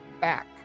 back